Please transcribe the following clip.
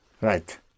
Right